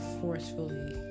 forcefully